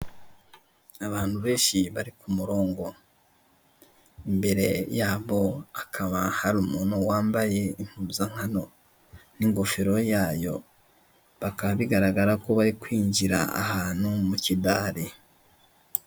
Abantu benshi bari ku murongo. Imbere yabo hakaba hari umuntu wambaye impuzankano n'ingofero yayo. Bakaba bigaragara ko bari kwinjira ahantu mu kidare.